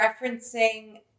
referencing